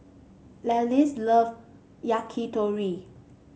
Celeste love Yakitori